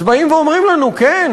אז באים ואומרים לנו: כן,